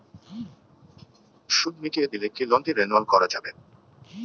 সুদ মিটিয়ে দিলে কি লোনটি রেনুয়াল করাযাবে?